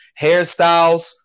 Hairstyles